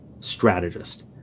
strategist